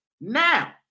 now